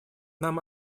нам